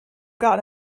gotten